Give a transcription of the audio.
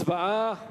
הצבעה.